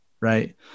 Right